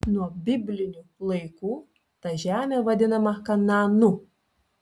nuo biblinių laikų ta žemė vadinta kanaanu